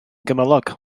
gymylog